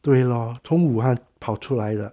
对咯从武汉逃出来的